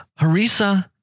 Harissa